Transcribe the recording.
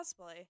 cosplay